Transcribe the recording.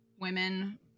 Women